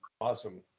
awesome